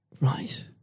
Right